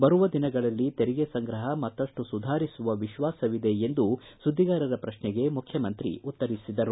ಬರುವ ದಿನಗಳಲ್ಲಿ ತೆರಿಗೆ ಸಂಗ್ರಹ ಮತ್ತಷ್ಟು ಸುಧಾರಿಸುವ ವಿಶ್ವಾಸವಿದೆ ಎಂದು ಸುದ್ನಿಗಾರರ ಪ್ರಶ್ನೆಗೆ ಮುಖ್ಯಮಂತ್ರಿ ಉತ್ತರಿಸಿದರು